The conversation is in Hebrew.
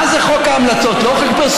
מה זה חוק ההמלצות, לא חוק פרסונלי?